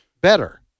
better